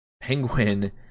penguin